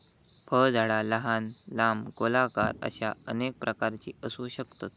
फळझाडा लहान, लांब, गोलाकार अश्या अनेक प्रकारची असू शकतत